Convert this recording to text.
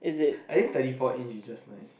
I think thirty four inch is just nice